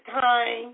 time